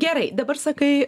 gerai dabar sakai